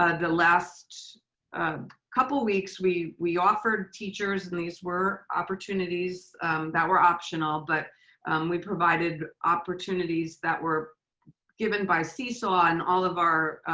ah the last couple of weeks we we offered teachers and these were opportunities that were optional, but we provided opportunities that were given by seesaw and all of our